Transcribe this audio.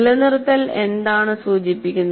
നിലനിർത്തൽ എന്താണ് സൂചിപ്പിക്കുന്നത്